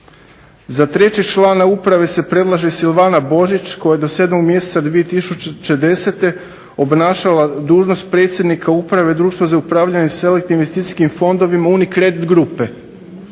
za trećeg člana uprave se predlaže Silvana Božić koja je do 7. mjeseca 2010. obnašala dužnost predsjednika uprave društva za upravljanje selektivnim investicijskim fondovima UniCredit grupe.